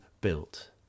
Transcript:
built